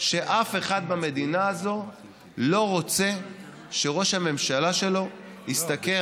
שאף אחד במדינה הזאת לא רוצה שראש הממשלה שלו ישתכר